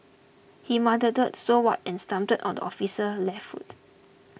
he muttered so what and stamped on the officer left foot